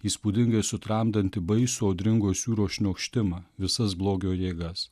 įspūdingai sutramdanti baisų audringos jūros šniokštimą visas blogio jėgas